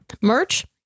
Merch